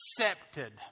accepted